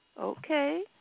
Okay